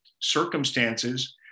circumstances